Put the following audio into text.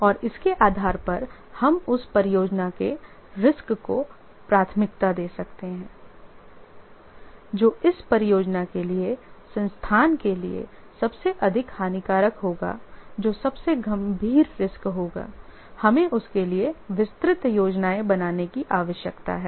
और इसके आधार पर हम उस परियोजना के रिस्क को प्राथमिकता दे सकते हैं जो इस परियोजना के लिए संस्थान के लिए सबसे अधिक हानिकारक होगा जो सबसे गंभीर रिस्क होगा हमें उसके लिए विस्तृत योजनाएँ बनाने की आवश्यकता है